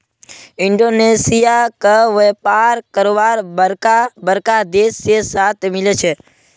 Indonesia क व्यापार करवार बरका बरका देश से साथ मिल छे